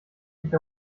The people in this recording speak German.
sich